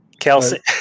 Kelsey